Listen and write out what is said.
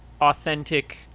authentic